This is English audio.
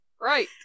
Right